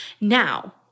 now